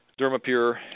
Dermapure